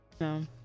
No